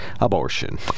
abortion